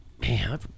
Man